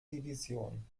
division